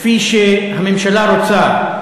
כפי שהממשלה רוצה,